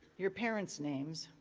your parents' names,